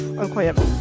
incroyable